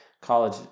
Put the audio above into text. college